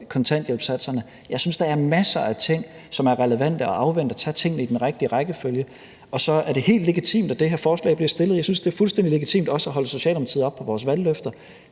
kontanthjælpssatserne? Jeg synes, der er masser af ting, som det er relevant at afvente, så man tager tingene i den rigtige rækkefølge. Og så er det helt legitimt, at det her forslag bliver fremsat. Jeg synes også, det er fuldstændig legitimt at holde os i Socialdemokratiet op på vores valgløfter,